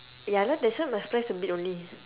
ya lah that's why must press a bit only